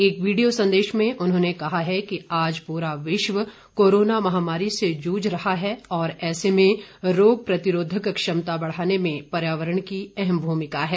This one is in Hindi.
एक वीडियो संदेश में उन्होंने कहा है कि आज पूरा विश्व कोरोना महामारी से जूझ रहा है और ऐसे में रोग प्रतिरोधक क्षमता बढ़ाने में पर्यावरण की अहम भूमिका है